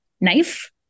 knife